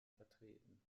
vertreten